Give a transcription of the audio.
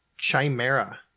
chimera